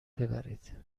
ببرید